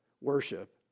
worship